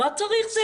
מה צריך?